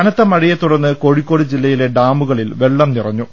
കനത്ത മഴയെ തുടർന്ന് കോഴിക്കോട് ജില്ലയിലെ ഡാമുകളിൽ വെള്ളം നിറഞ്ഞു